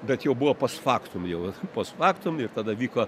bet jau buvo post faktum jau post faktum ir tada vyko